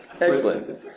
Excellent